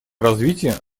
развития